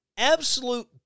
absolute